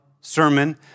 sermon